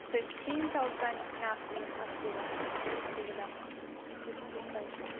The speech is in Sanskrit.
फ़िफ़्टीन् तौसण्ड् नास्ति अस्ति वा अस्ति किल फ़िफ़्टीन् तौसण्ड्